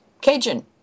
Cajun